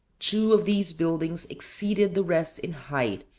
two of these buildings exceeded the rest in height,